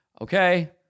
okay